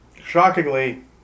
Shockingly